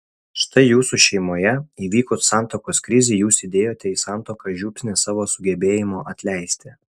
štai jūsų šeimoje įvykus santuokos krizei jūs įdėjote į santuoką žiupsnį savo sugebėjimo atleisti